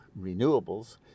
renewables